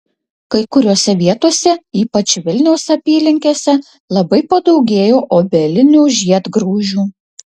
kai kuriose vietose ypač vilniaus apylinkėse labai padaugėjo obelinių žiedgraužių